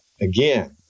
again